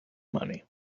money